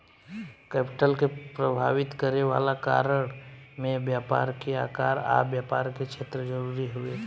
capital के प्रभावित करे वाला कारण में व्यापार के आकार आ व्यापार के क्षेत्र जरूरी हवे